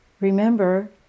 Remember